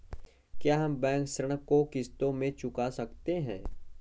क्या हम बैंक ऋण को किश्तों में चुका सकते हैं?